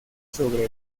sobre